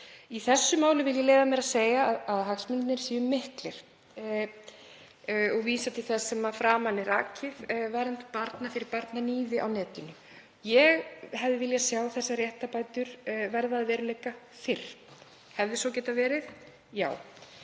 Í þessu máli vil ég leyfa mér að segja að hagsmunirnir séu miklir. Ég vísa til þess sem að framan er rakið um vernd barna fyrir barnaníði á netinu. Ég hefði viljað sjá þær réttarbætur verða að veruleika fyrr. Hefði svo getað verið? Já.